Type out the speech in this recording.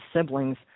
siblings